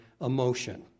emotion